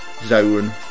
zone